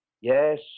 Yes